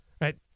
right